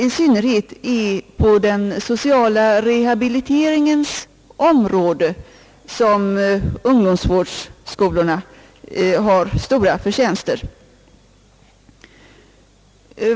I synnerhet på den sociala rehabiliteringens område har ungdomsvårdsskolorna stora förtjänster.